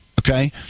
okay